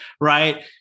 Right